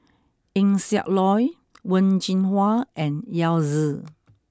Eng Siak Loy Wen Jinhua and Yao Zi